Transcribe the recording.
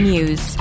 News